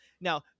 now